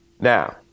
Now